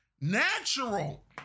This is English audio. Natural